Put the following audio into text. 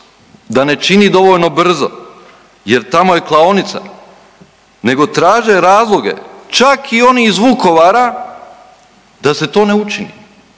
da ne čini dovoljno brzo jer tamo je klaonica, nego traže razloge čak i oni iz Vukovara da se to ne učini